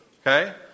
Okay